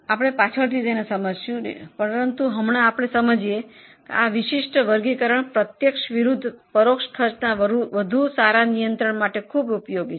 આપણે તેને પછી સમજીશું પરંતુ હમણાં આપણે સમજીએ કે પ્રત્યક્ષ અને પરોક્ષ ખર્ચના વર્ગીકરણ સારા નિયંત્રણ માટે ખૂબ જ ઉપયોગી છે